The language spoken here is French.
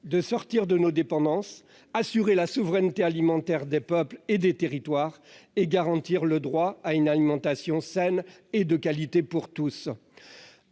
de sortir de nos dépendances : il nous faut assurer la souveraineté alimentaire des peuples et des territoires et garantir le droit à une alimentation saine et de qualité pour tous.